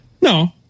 No